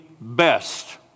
best